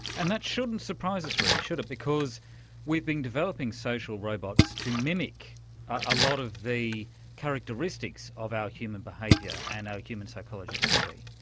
and that shouldn't surprise us really, should it, because we've been developing social robots to mimic a lot of the characteristics of our human behaviour and our human psychology, haven't we.